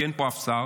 כי אין פה אף שר,